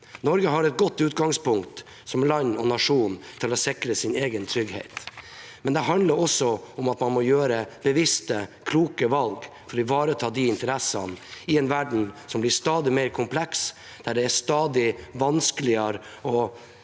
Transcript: Norge har et godt utgangspunkt som land og nasjon for å sikre sin egen trygghet, men det handler også om at man må gjøre bevisste, kloke valg for å ivareta de interessene i en verden som blir stadig mer kompleks, der det er stadig vanskeligere å